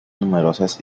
numerosas